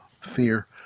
fear